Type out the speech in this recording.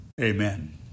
Amen